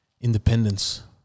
independence